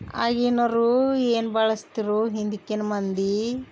ಆಗಿನೋರು ಏನು ಬಳಸ್ತ್ರು ಹಿಂದಿಕಿನ ಮಂದಿ